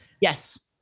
Yes